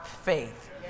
faith